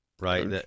Right